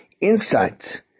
insight